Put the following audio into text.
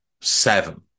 seven